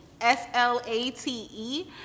s-l-a-t-e